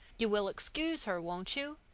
you will excuse her, won't you?